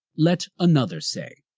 let another say,